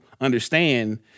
understand